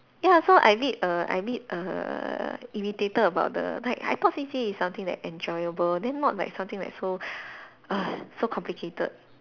ya so I a bit err I a bit err irritated about the like I thought C_C_A is something that enjoyable then not like something like so so complicated